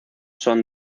son